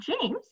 James